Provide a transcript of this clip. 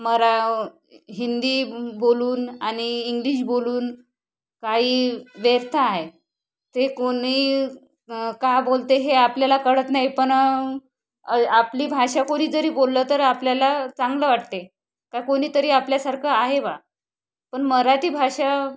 मरा हिंदी बोलून आणि इंग्लिश बोलून काही व्यर्थ आहे ते कोणी का बोलते हे आपल्याला कळत नाही पण आपली भाषा कोणी जरी बोललं तर आपल्याला चांगलं वाटते का कोणीतरी आपल्यासारखं आहे बा पण मराठी भाषा